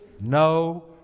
no